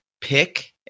pick